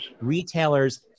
retailers